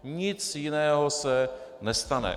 Nic jiného se nestane.